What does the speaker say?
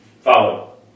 follow